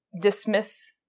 dismiss